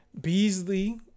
Beasley